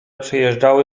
przejeżdżały